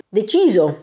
deciso